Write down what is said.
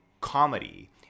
comedy